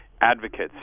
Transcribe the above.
advocates